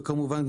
וכמובן,